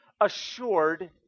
assured